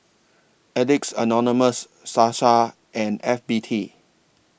Addicts Anonymous Sasa and F B T